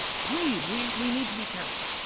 please, we we need to be careful.